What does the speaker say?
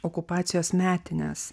okupacijos metines